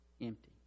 empty